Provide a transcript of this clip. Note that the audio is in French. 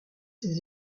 ses